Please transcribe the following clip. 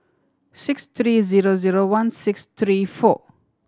six three zero zero one six three four